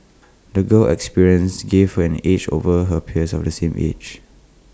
the girl's experiences gave her an edge over her peers of the same age